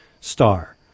Star